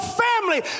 family